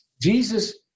Jesus